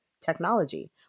technology